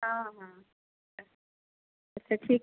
हाँ हाँ अच्छा ठीक